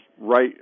right